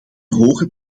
hoge